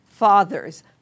Fathers